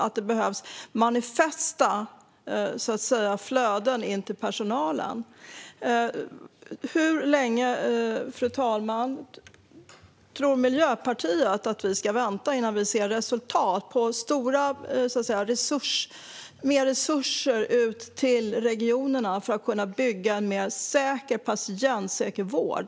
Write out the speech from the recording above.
Här behövs manifesta flöden in till personalen. Hur länge tror Miljöpartiet, fru talman, att vi får vänta innan vi ser resultat och det blir mer resurser ut till regionerna så att de kan bygga en mer patientsäker vård?